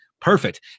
Perfect